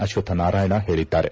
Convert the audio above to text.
ಅಶ್ವತ್ ನಾರಾಯಣ ಹೇಳಿದ್ದಾರೆ